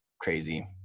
crazy